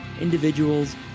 individuals